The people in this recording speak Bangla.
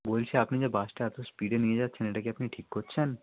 বলছি আপনি যে বাসটা এত স্পিডে নিয়ে যাচ্ছেন এটা কি আপনি ঠিক করছেন